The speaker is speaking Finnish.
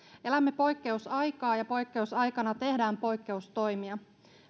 elämme poikkeusaikaa ja poikkeusaikana tehdään poikkeustoimia